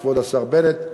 וכבוד השר בנט,